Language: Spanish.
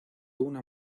una